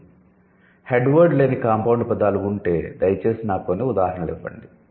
'head word' లేని 'compound' పదాలు ఉంటే దయచేసి నాకు కొన్ని ఉదాహరణలు ఇవ్వండి